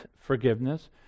forgiveness